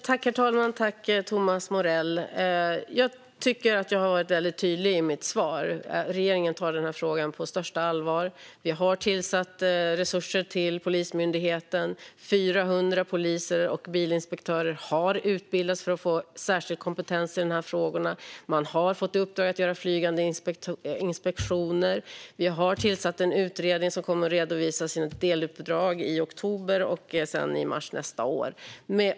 Herr talman! Jag tycker att jag har varit väldigt tydlig i mitt svar. Regeringen tar denna fråga på största allvar. Vi har tillfört resurser till Polismyndigheten. Det är 400 poliser och bilinspektörer som har utbildats för att få särskild kompetens i dessa frågor. Man har fått i uppdrag att göra flygande inspektioner. Vi har tillsatt en utredning som kommer att redovisa sina deluppdrag i oktober och sedan i mars nästa år.